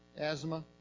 asthma